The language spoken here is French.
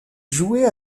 jouer